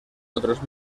otros